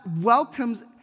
welcomes